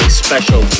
special